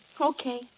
Okay